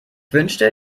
wünschte